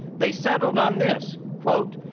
they settled on this, quote,